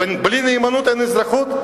ובלי נאמנות אין אזרחות.